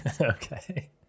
okay